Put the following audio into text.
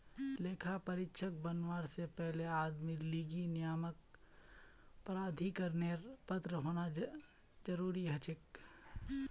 लेखा परीक्षक बनवा से पहले आदमीर लीगी नियामक प्राधिकरनेर पत्र होना जरूरी हछेक